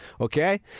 okay